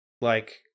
Like-